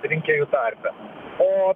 rinkėjų tarpe o